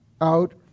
out